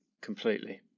completely